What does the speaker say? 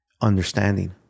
understanding